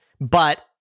but-